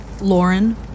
Lauren